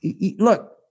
Look